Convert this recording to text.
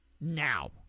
Now